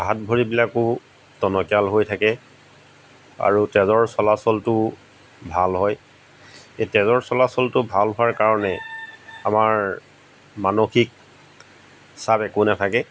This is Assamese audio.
হাত ভৰিবিলাকো টনকিয়াল হৈ থাকে আৰু তেজৰ চলাচলটো ভাল হয় এই তেজৰ চলাচলটো ভাল হোৱাৰ কাৰণে আমাৰ মানসিক চাপ একো নাথাকে